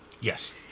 Yes